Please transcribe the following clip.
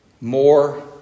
More